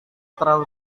terlalu